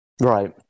right